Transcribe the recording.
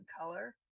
color